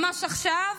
ממש עכשיו,